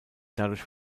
dadurch